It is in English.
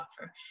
offer